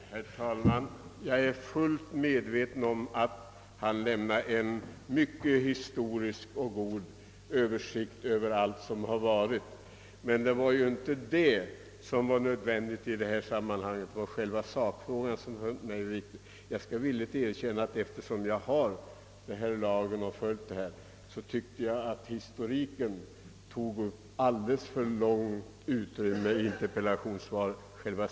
Herr talman! Jag är fullt medveten om att statsrådet lämnade en mycket förnämlig historisk översikt över allt som har varit, och jag skall även villigt erkänna att han återgav det som jag här senast citerade. Men eftersom jag hade lagen tillgänglig, tyckte jag att detta citat också borde återges i sitt rätta sammanhang. Jag måste nog också säga att historiken tog väl stort utrymme i interpellationssvaret.